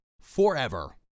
forever